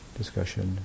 discussion